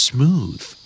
Smooth